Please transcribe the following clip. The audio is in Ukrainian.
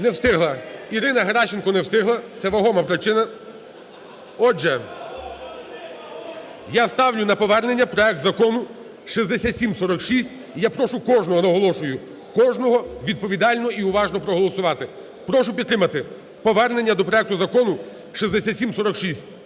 Не встигла. Ірина Геращенко не встигла, це вагома причина. Отже, я ставлю на повернення проект Закону 6746. І я прошу кожного, наголошую, кожного відповідально і уважно проголосувати. Прошу підтримати повернення до проекту Закону 6746.